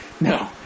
no